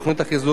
מוצע,